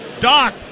Doc